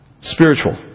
spiritual